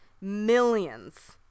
millions